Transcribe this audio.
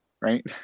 right